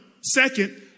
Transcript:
second